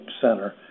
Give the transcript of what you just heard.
center